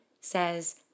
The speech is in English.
says